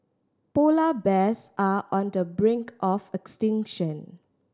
polar bears are on the brink of extinction